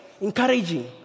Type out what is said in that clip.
encouraging